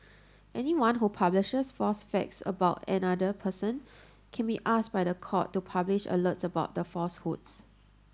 anyone who publishes false facts about another person can be asked by the court to publish alerts about the falsehoods